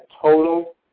total